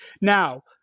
Now